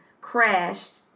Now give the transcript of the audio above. crashed